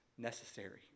necessary